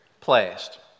placed